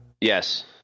Yes